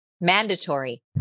Mandatory